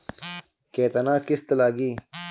केतना किस्त लागी?